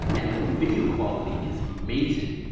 and, the video quality is amazing.